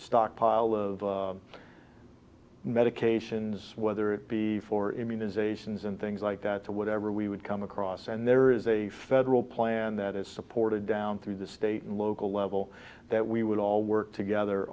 stockpile of medications whether it be for immunizations and things like that or whatever we would come across and there is a federal plan that is supported down through the state and local level that we would all work together